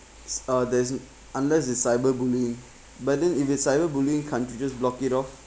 s~ uh there's unless it's cyberbullying but then if it's cyberbullying can't you just block it off